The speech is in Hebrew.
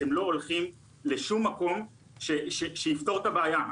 אתם לא הולכים לשום מקום שיפתור את הבעיה.